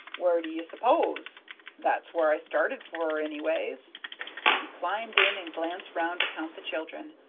where d'ye s'pose? that's where i started for, anyways. and he climbed in and glanced round to count the children,